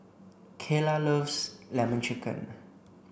Kaela loves lemon chicken